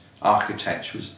architecture